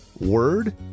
Word